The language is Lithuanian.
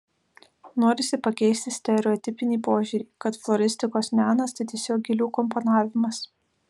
norisi pakeisti stereotipinį požiūrį kad floristikos menas tai tiesiog gėlių komponavimas